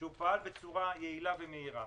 שהוא פעל בצורה יעילה ומהירה,